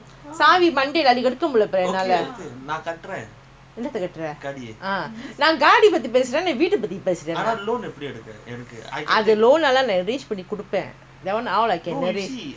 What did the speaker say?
அதுலோன்எல்லாம்நான்:athu loan ellam naan arrange பண்ணிகொடுப்பேன்:panni koduppen I know even if you buy twenty thousand also அந்தகாடி:antha gaadi C_O காட்டுனகாடியாஇருக்கும்:kaatuna gaadiyaa irukkum